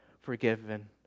forgiven